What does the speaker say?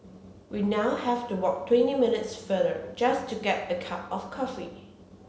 we now have to walk twenty minutes farther just to get a cup of coffee